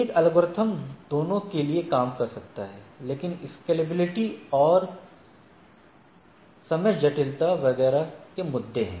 एक एल्गोरिथ्म दोनों के लिए काम कर सकता है लेकिन स्केलेबिलिटी और समय जटिलता वगैरह के मुद्दे हैं